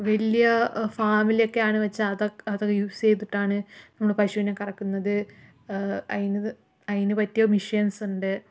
വല്ല്യ ഫാമിലൊക്കെ ആണ് വെച്ചാൽ അതൊക്കെ യൂസ് ചെയ്തിട്ടാണ് നമ്മള് പശുവിനെ കറക്കുന്നത് അയിന് അയിനു പറ്റിയ മിഷൻസ് ഉണ്ട്